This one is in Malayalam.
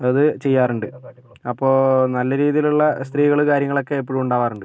അതായത് ചെയ്യാറുണ്ട് അപ്പോൾ നല്ല രീതിയിലുള്ള സ്ത്രീകള് കാര്യങ്ങളൊക്കെ എപ്പോഴും ഉണ്ടാകാറുണ്ട്